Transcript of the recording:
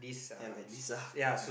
hell like this ah